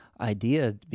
idea